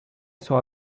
eso